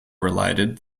related